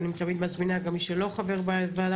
אני תמיד מזמינה גם את מי שלא חבר בוועדה.